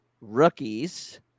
rookies